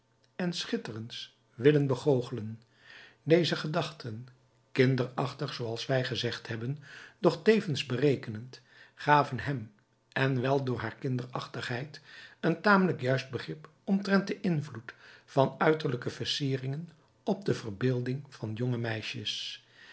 en schitterends willen begoochelen deze gedachten kinderachtig zooals wij gezegd hebben doch tevens berekenend gaven hem en wel door haar kinderachtigheid een tamelijk juist begrip omtrent den invloed van uiterlijke versieringen op de verbeelding van jonge meisjes